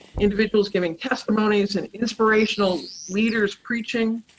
individuals giving testimonies, and inspirational leaders preaching.